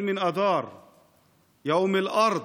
(אומר בערבית: